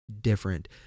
different